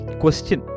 question